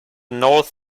north